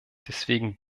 deswegen